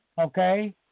okay